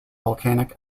volcanic